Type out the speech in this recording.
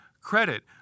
credit